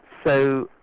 so,